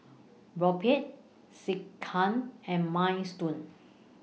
Boribap Sekihan and Minestrone